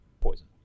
poison